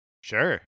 Sure